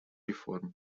реформ